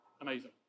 amazing